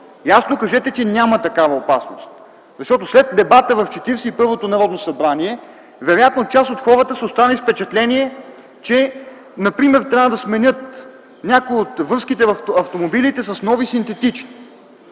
ясно кажете, че няма такава опасност. Защото след дебата в 41-то Народно събрание вероятно част от хората са останали с впечатление, че трябва да сменят например някои от връзките в автомобилите си с нови синтетични.